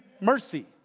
mercy